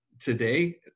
today